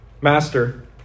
Master